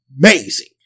amazing